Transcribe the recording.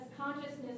consciousness